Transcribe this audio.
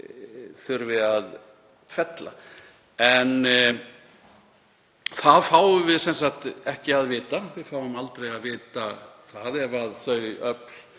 þurfi að fella. En það fáum við ekki að vita. Við fáum aldrei að vita það ef þau öfl